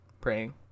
Praying